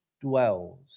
dwells